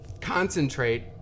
concentrate